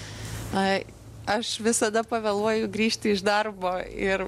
a aš visada pavėluoju grįžti iš darbo ir